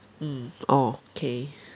mm orh K